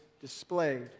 displayed